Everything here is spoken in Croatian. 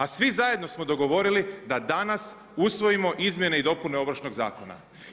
A svi zajedno smo dogovorili da danas usvojimo izmjene i dopune Ovršnog zakona.